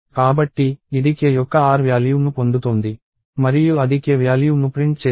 కాబట్టి ఇది k యొక్క r వ్యాల్యూ ను పొందుతోంది మరియు అది k వ్యాల్యూ ను ప్రింట్ చేస్తుంది